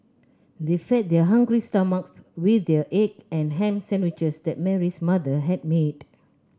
they fed their hungry stomachs with the egg and ham sandwiches that Mary's mother had made